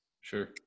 sure